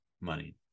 money